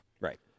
Right